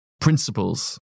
principles